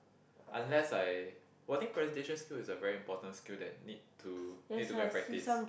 unless I !wah! I think presentation skill is a very important skill that need to need to go and practise